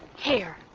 here